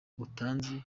utanzi